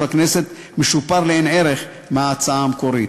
הכנסת משופר לאין-ערוך מההצעה המקורית.